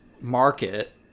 market